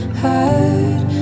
hurt